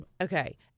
Okay